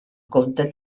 comte